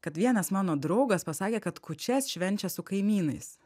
kad vienas mano draugas pasakė kad kūčias švenčia su kaimynais